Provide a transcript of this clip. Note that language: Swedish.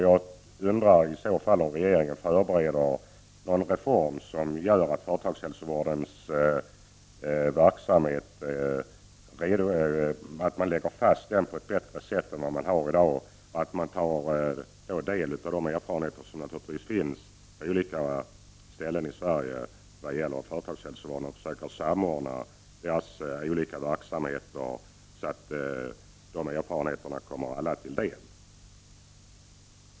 Jag undrar om regeringen förbereder någon reform som gör att före tagshälsovårdens verksamhet läggs fast på ett bättre sätt än i dag och att man tar del av de erfarenheter som naturligt finns på olika ställen i Sverige samt samordnar företagshälsovårdens olika verksamheter så att de kommer alla till del.